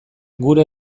gure